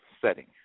setting